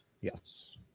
Yes